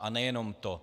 A nejenom to.